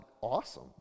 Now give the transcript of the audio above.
awesome